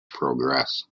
progress